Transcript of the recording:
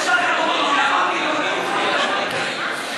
אין מה לעשות,